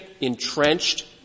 entrenched